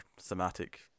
thematic